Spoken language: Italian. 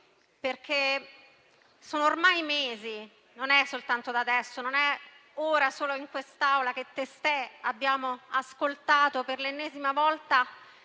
perché è ormai da mesi, non soltanto adesso e non solo ora in quest'Aula, che abbiamo ascoltato per l'ennesima volta